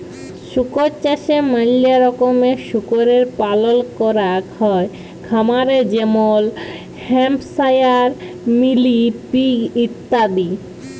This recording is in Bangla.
শুকর চাষে ম্যালা রকমের শুকরের পালল ক্যরাক হ্যয় খামারে যেমল হ্যাম্পশায়ার, মিলি পিগ ইত্যাদি